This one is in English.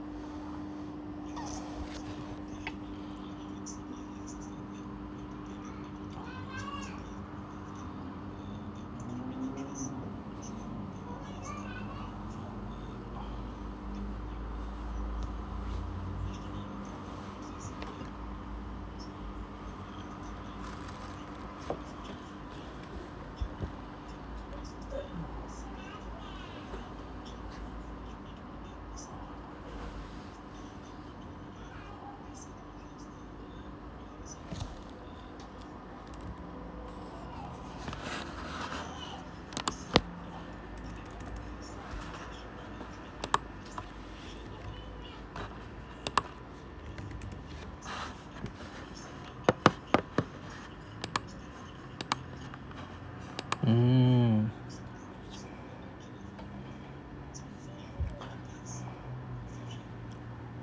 mm